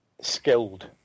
skilled